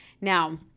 Now